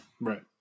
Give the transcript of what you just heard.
Right